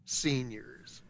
seniors